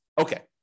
Okay